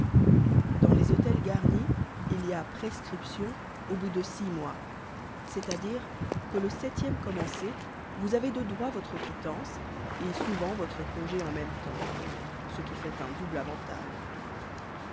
dans les hôtels garnis il y a prescription au bout de six mois c'est-à-dire que le septième commencé vous avez de droit votre quittance et souvent votre congé en même temps ce qui fait un double avantage